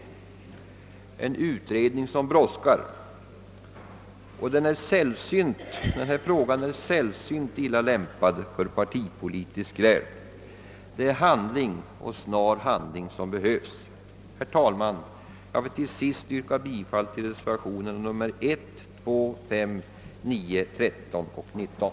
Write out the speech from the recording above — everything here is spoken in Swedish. Det brådskar emellertid med denna utredning, och frågan är sällsynt illa lämpad för partipolitiskt gräl — det är handling, och snar handling, som behövs. Herr talman! Jag vill till sist yrka bifall till reservationerna 1, 2, 5, 9, 13 och 19.